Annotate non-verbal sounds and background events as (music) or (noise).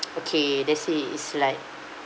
(noise) okay that's it is like